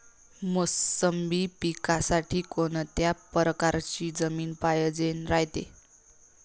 मोसंबी पिकासाठी कोनत्या परकारची जमीन पायजेन रायते?